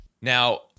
Now